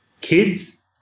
kids